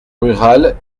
rurales